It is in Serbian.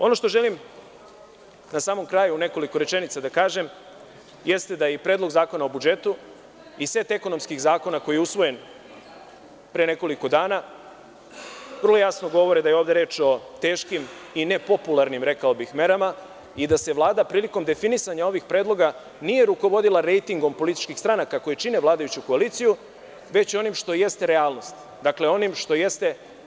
Ono što želim na samom kraju u nekoliko rečenica da kažem jeste da i Predlog zakona o budžetu i set ekonomskih zakona koji je usvojen pre nekoliko dana vrlo jasno govore da je ovde reč o teškim i nepopularnim, rekao bih, merama i da se Vlada prilikom definisanja ovih predloga nije rukovodila rejtingom političkih stranaka koji čine vladajuću koaliciju već onim što jeste realnost, dakle, onim što jeste.